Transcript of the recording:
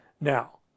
now